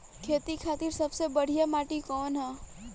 खेती खातिर सबसे बढ़िया माटी कवन ह?